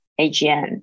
AGN